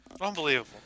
Unbelievable